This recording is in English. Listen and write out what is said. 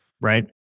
right